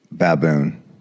Baboon